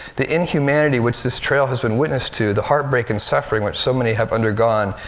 the inhumanity which this trail has been witness to, the heartbreak and suffering which so many have undergone,